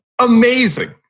amazing